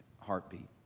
heartbeat